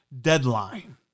deadline